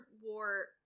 war